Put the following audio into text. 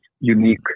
unique